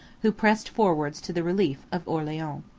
who pressed forwards to the relief of orleans.